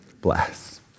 Bless